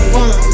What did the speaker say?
one